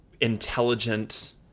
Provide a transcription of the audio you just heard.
intelligent